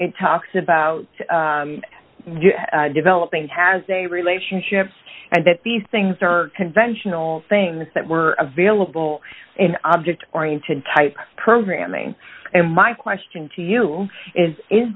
it talks about developing has a relationship and that these things are conventional things that were available in object oriented type programming and my question to you is is